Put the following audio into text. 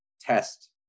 test